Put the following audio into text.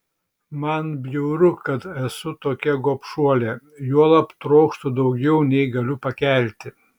man bjauru kad esu tokia gobšuolė juolab trokštu daugiau nei galiu pakelti